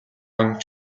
орон